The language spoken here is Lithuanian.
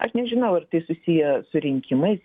aš nežinau ar tai susiję su rinkimais